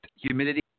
Humidity